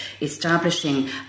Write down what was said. establishing